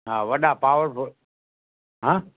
हा वॾा पावरफ़ुल हां